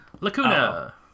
Lacuna